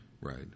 Right